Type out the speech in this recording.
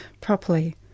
properly